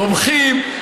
תומכים,